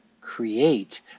create